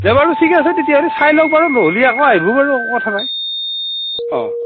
দে বাৰু ঠিকে আছে তেতিয়া হ'লি চাই লওক বাৰু নহ'লি আকৌ আইভো বাৰু একো কথা নাই অঁ